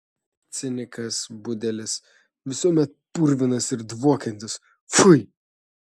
cinikas budelis visuomet purvinas ir dvokiantis pfui